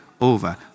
over